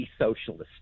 socialist